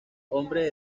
hombres